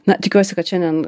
na tikiuosi kad šiandien